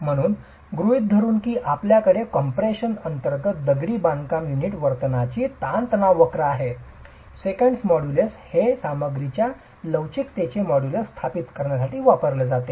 म्हणून गृहीत धरून की आपल्याकडे कॉम्प्रेशन अंतर्गत दगडी बांधकाम युनिटच्या वर्तनची ताण तणाव वक्र आहे सेकंट मॉड्यूलस हे सामग्रीच्या लवचिकतेचे मॉड्यूलस स्थापित करण्यासाठी वापरले जाते